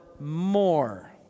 more